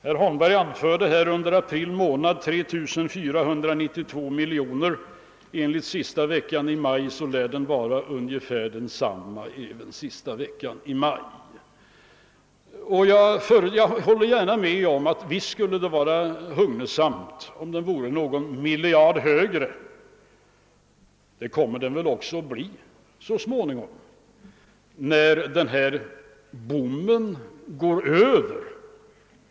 Herr Holmberg anförde här siffran för april 3 492 miljoner, även för sista veckan i maj är siffran ungefär densamma. "Jag håller gärna med om att det visst skulle vara hugnesamt om den vore någon miljard högre, och det kommer den väl också att bli så småningom när den här boomen går över.